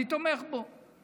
אני תומך בו.